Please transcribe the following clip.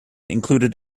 included